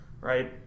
right